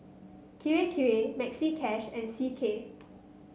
Kirei Kirei Maxi Cash and C K